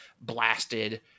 blasted